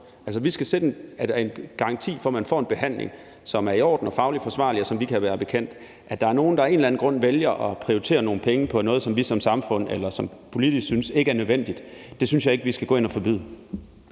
Vi skal stille en garanti for, at man får en behandling, som er i orden og fagligt forsvarlig, og som vi kan være bekendt, men at der er nogle, der af en eller anden grund vælger at prioritere nogle penge på noget, som vi som samfund eller politisk ikke synes er nødvendigt, synes jeg ikke vi skal gå ind og forbyde.